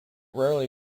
rarely